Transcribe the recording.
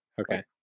Okay